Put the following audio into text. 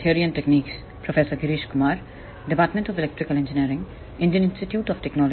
hello